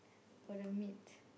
for the meat